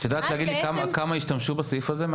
את יודעת להגיד לי כמה השתמשו בסעיף הזה?